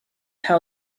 how